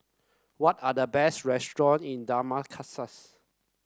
what are the best restaurant in Damascus